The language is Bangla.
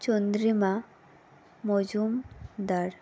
চন্দ্রিমা মজুমদার